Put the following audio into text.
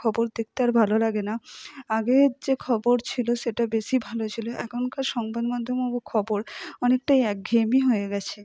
খবর দেখতে আর ভালো লাগে না আগের যে খবর ছিল সেটা বেশি ভালো ছিল এখনকার সংবাদমাধ্যম খবর অনেকটাই একঘেয়েমি হয়ে গেছে